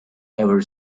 ever